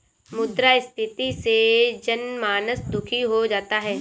मुद्रास्फीति से जनमानस दुखी हो जाता है